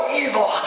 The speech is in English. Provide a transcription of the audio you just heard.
evil